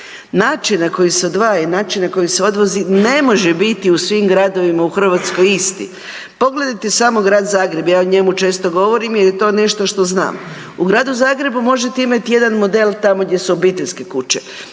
Način na koji se odvaja i način na koji se odvozi ne može biti u svim gradovima u Hrvatskoj isti. Pogledajte samo Grad Zagreb, ja o njemu često govorim jel je to nešto što znam. U Gradu Zagrebu možete imati jedan model tamo gdje su obiteljske kuće,